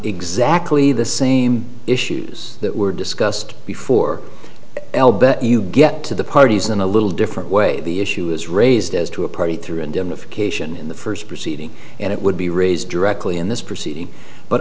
exactly the same issues that were discussed before l bet you get to the parties in a little different way the issue is raised as to a party through indemnification in the first proceeding and it would be raised directly in this proceeding but